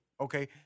okay